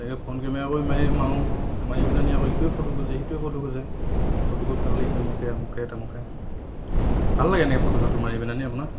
তেনেকৈ front camera কৰি মাৰি মাৰো মাৰি পিনাহেনি আকৌ ইটোৱে ফটো খোজে সিটোৱে ফটো খোজে ফটো কপি ভাল লাগিছে মোক দে আমোক তামোকহে ভাল লাগে এনেকৈ ফটো চটো মাৰি পেনাহেনি আপোনাৰ